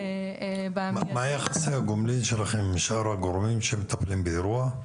מה יחסי הגומלין שלכם עם שאר הגורמים שמטפלים באירוע?